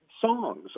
songs